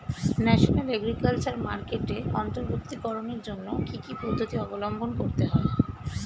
National agriculture মার্কেটে অন্তর্ভুক্তিকরণের জন্য কি কি পদ্ধতি অবলম্বন করতে হয়?